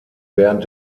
während